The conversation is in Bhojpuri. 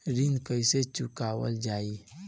ऋण कैसे चुकावल जाई?